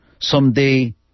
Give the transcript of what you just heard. someday